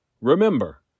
Remember